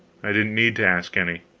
i didn't need to ask any.